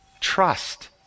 trust